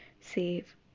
save